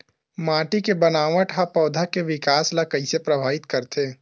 माटी के बनावट हा पौधा के विकास ला कइसे प्रभावित करथे?